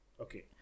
Okay